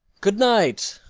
good night